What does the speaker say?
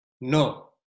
No